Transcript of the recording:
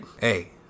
Hey